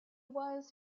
was